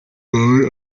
wawe